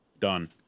Done